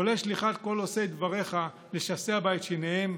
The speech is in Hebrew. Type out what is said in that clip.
כולל שליחת כל עושי דבריך לשסע אותה בשיניהם,